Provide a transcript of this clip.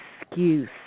excuse